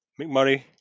McMurray